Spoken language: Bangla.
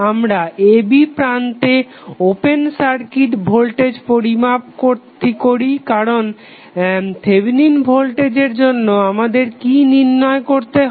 আমরা a b প্রান্তে ওপেন সার্কিট ভোল্টেজ পরিমাপ করি কারণ থেভেনিন ভোল্টেজের জন্য আমাদের কি নির্ণয় করতে হয়